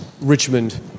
Richmond